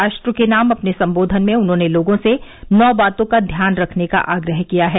राष्ट्र के नाम अपने संबोधन में उन्होंने लोगों से नौ बातों का ध्यान रखने का आग्रह किया है